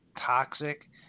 toxic